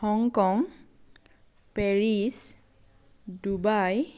Hong Kong Paris Dubai